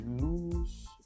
lose